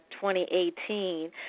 2018